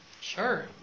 Sure